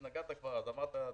כבר אז התנגדת.